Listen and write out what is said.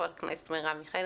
חברת הכנסת מרב מיכאלי,